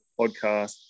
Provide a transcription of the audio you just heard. Podcast